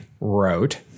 wrote